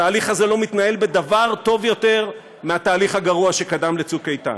התהליך הזה לא מתנהל בדבר טוב יותר מהתהליך הגרוע שקדם לצוק איתן.